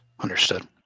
Understood